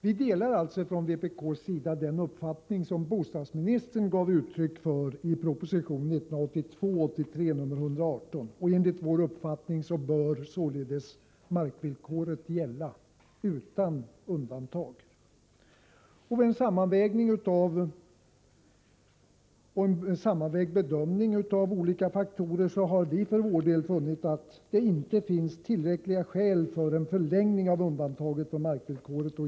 Vi inom vpk delar den uppfattning som bostadsministern gav uttryck för i proposition 1982/83:118. Enligt vår uppfattning bör således markvillkoret gälla utan undantag. Vid en sammanvägd bedömning av olika faktorer har vi för vår del funnit att det inte finns tillräckliga skäl för en förlängning av undantaget från markvillkoret.